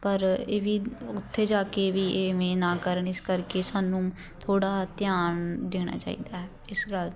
ਪਰ ਇਹ ਵੀ ਉੱਥੇ ਜਾ ਕੇ ਵੀ ਐਵੇਂ ਨਾ ਕਰਨ ਇਸ ਕਰਕੇ ਸਾਨੂੰ ਥੋੜ੍ਹਾ ਧਿਆਨ ਦੇਣਾ ਚਾਹੀਦਾ ਹੈ ਇਸ ਗੱਲ 'ਤੇ